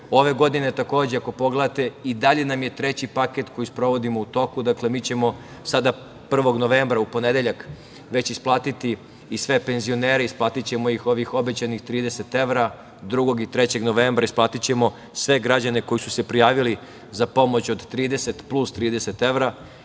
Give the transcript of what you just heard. Ove godine takođe, ako pogledate, i dalje nam je treći paket, koji sprovodimo u toku. Dakle, mi ćemo sada 1. novembra, u ponedeljak već isplatiti sve penzionere sa ovih obećanih 30 evra, 2. i 3. novembra isplatićemo sve građane koji su se prijavili za pomoć od 30 plus 30 evra